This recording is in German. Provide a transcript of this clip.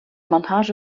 montage